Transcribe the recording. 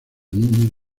niño